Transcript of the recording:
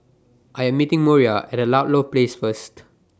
I Am meeting Moriah At Ludlow Place First